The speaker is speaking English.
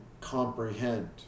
comprehend